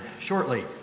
shortly